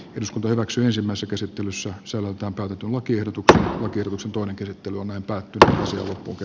eduskunta hyväksyisimmässä käsittelyssä solutapahtuma kiedotut rahat irtosi toinen käsittely on epäilty että